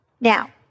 Now